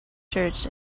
church